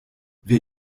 wer